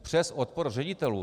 Přes odpor ředitelů.